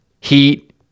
heat